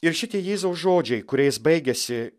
ir šitie jėzaus žodžiai kuriais baigiasi